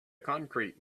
concrete